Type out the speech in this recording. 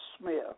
Smith